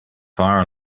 fire